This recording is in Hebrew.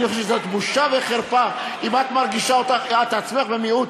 אני חושב שזאת בושה וחרפה אם את מרגישה שאת עצמך במיעוט.